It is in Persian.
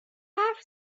حرف